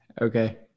Okay